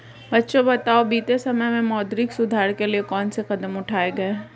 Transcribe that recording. बच्चों बताओ बीते समय में मौद्रिक सुधार के लिए कौन से कदम उठाऐ गए है?